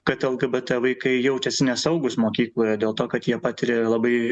kad lgbt vaikai jaučiasi nesaugūs mokykloje dėl to kad jie patiria labai